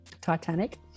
titanic